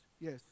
Yes